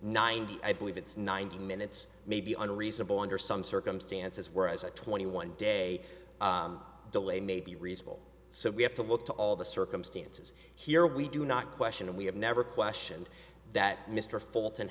ninety i believe it's ninety minutes may be unreasonable under some circumstances whereas a twenty one day delay may be reasonable so we have to look to all the circumstances here we do not question and we have never questioned that mr fult